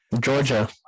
Georgia